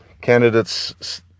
candidates